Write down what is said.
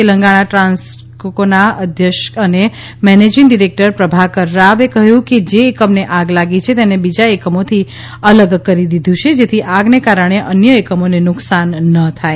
તેલંગાણા ટ્રાન્સકોના અધ્યક્ષ અને મેનેજિંગ ડિરેક્ટર પ્રભાકર રાવે કહ્યું કે જે એકમને આગ લાગી છે તેને બીજા એકમોથી અલગ કરી દીધું છે જેથી આગને કારણે અન્ય એકમોને નુકસાન ન થાય